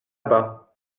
bas